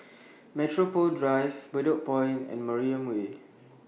Metropole Drive Bedok Point and Mariam Way